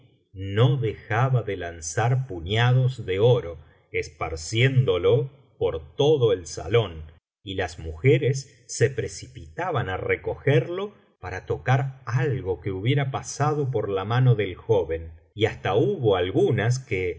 no dejaba de lanzar puñados de oro esparciéndolo por todo el salón y las mujeres se precipitaban á recogerlo para tocar algo que hubiera pasado por la mano biblioteca valenciana generalitat valenciana historia del visir nureddin del joven y hasta hubo algunas que